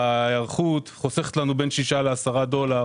בהיערכות חוסכת לנו בין שישה ל-10 דולר